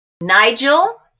Nigel